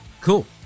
Cool